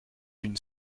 une